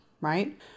right